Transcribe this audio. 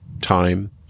time